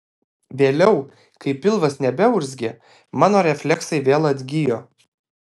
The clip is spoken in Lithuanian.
vėliau kai pilvas nebeurzgė mano refleksai vėl atgijo